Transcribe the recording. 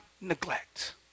neglect